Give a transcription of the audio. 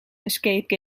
escape